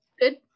good